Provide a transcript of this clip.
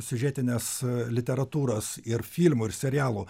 siužetinės literatūros ir filmų ir serialų